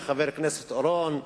חבר הכנסת אורון,